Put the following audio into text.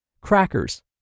crackers